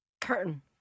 Curtain